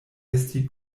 esti